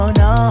no